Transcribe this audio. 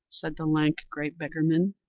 said the lank, grey beggarman,